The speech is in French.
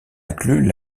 inclut